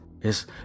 It's